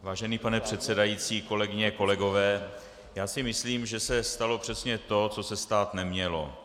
Vážený pane předsedající, kolegyně a kolegové, myslím, že se stalo přesně to, co se stát nemělo.